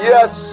Yes